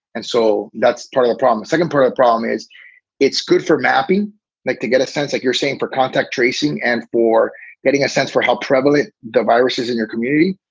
and so that's part of the problem. second part, the problem is it's good for mapping like to get a sense that you're saying for contact tracing and for getting a sense for how prevalent the virus is in your community.